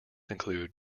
include